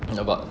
ya but